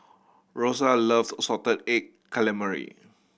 Rosa loves salted egg calamari